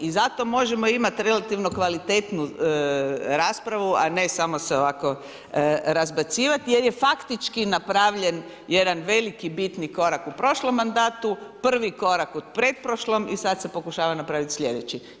I zato možemo imati relativno kvalitetnu raspravu a ne samo se ovako razbacivati jer je faktički napravljen jedan veliki bitni korak u prošlom mandatu, prvi korak u pretprošlom i sad se pokušava napraviti slijedeći.